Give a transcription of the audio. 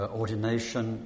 ordination